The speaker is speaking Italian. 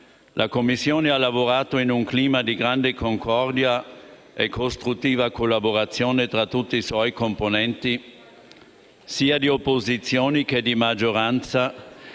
La Commissione ha lavorato in un clima di grande concordia e costruttiva collaborazione tra tutti i suoi componenti, sia di opposizione che di maggioranza,